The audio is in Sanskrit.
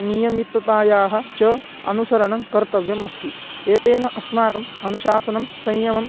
नियमिततायाः च अनुसरणं कर्तव्यम् अस्ति एतेन अस्माकम् अनुशासनं संयमम्